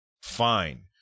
fine